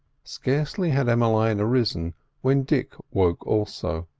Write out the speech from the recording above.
scarcely had emmeline arisen when dick woke also,